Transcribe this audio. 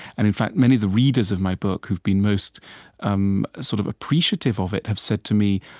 and in fact, many of the readers of my book who've been most um sort of appreciative of it have said to me,